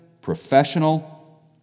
professional